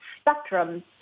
spectrum